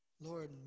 lord